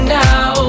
now